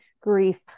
grief